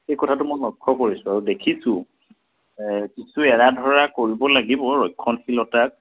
সেই কথাটো মই লক্ষ্য কৰিছোঁ আৰু দেখিছোঁ কিছু এৰা ধৰা কৰিব লাগিব ৰক্ষণশীলতাক